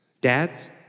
Dads